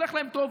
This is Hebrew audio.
הולך להם טוב,